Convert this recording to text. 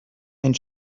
and